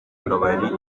kabari